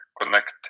connect